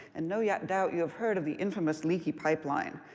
and no yeah doubt you have heard of the infamous leaky pipeline,